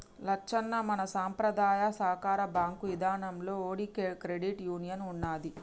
లచ్చన్న మన సంపద్రాయ సాకార బాంకు ఇదానంలో ఓటి క్రెడిట్ యూనియన్ ఉన్నదీ